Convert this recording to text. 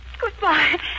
Goodbye